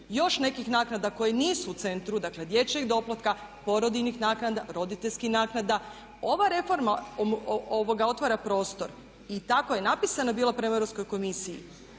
još nekih naknada koje nisu u centru, dakle dječjeg doplatka, porodiljnih naknada, roditeljskih naknada. Ova reforma otvara prostor i tako je napisana bila prema Europskoj komisiji